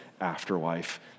afterlife